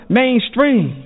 mainstream